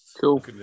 Cool